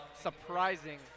surprising